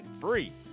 free